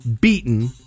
beaten